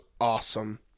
awesome